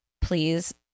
please